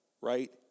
right